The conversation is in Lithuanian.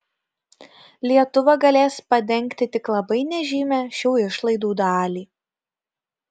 lietuva galės padengti tik labai nežymią šių išlaidų dalį